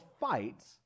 fights